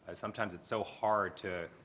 ah sometimes it's so hard to,